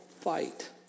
fight